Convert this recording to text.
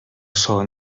sola